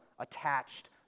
Attached